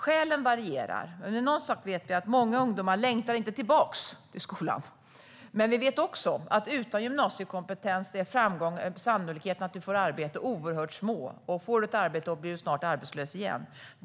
Skälen varierar, men en sak vet vi: Många ungdomar längtar inte tillbaka till skolan. Vi vet också att utan gymnasiekompetens är sannolikheten att man får arbete oerhört liten, och får man ett arbete blir man snart arbetslös igen.